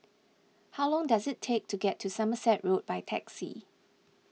how long does it take to get to Somerset Road by taxi